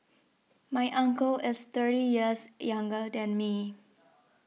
my uncle is thirty years younger than me